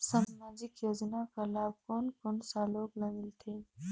समाजिक योजना कर लाभ कोन कोन सा लोग ला मिलथे?